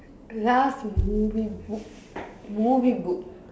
last movie book movie book